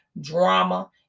drama